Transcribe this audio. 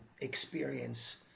experience